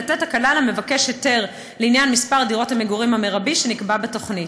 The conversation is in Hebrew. לתת הקלה למבקש היתר לעניין מספר דירות המגורים המרבי שנקבע בתוכנית.